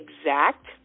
exact